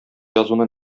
язуны